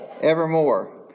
evermore